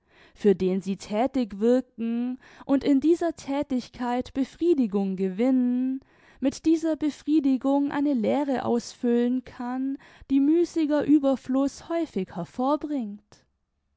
für den sie thätig wirken und in dieser thätigkeit befriedigung gewinnen mit dieser befriedigung eine leere ausfüllen kann die müßiger ueberfluß häufig hervorbringt